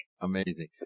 amazing